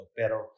pero